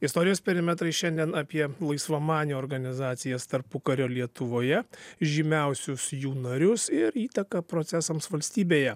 istorijos perimetrai šiandien apie laisvamanių organizacijas tarpukario lietuvoje žymiausius jų narius ir įtaką procesams valstybėje